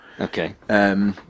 Okay